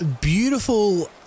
beautiful